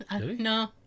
No